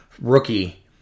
Rookie